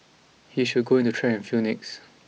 he should go into track and field next